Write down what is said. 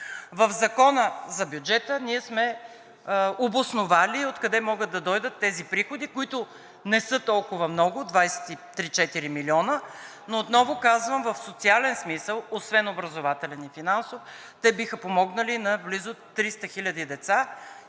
В Закона за бюджета ние сме обосновали откъде могат да дойдат тези приходи, които не са толкова много – 23 – 24 милиона, но отново казвам, в социален смисъл, освен в образователен и финансов, те биха помогнали на близо 300 хиляди деца